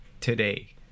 today